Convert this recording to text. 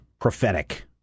prophetic